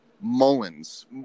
Mullins